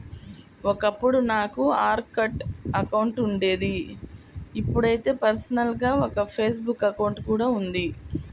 ఒకప్పుడు నాకు Orkut account ఉండేది ఇప్పుడైతే పర్సనల్ గా ఒక ఫేస్ బుక్ అకౌంట్ కూడా ఉంది